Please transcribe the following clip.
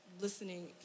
Listening